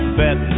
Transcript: bet